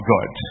God